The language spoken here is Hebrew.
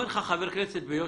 אומר לך חבר כנסת ביושר,